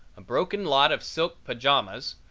a broken lot of silk pajamas,